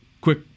quick